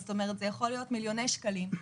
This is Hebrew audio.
זה יכול להיות מיליוני שקלים.